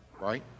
right